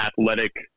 athletic